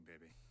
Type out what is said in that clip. baby